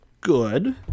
good